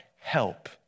Help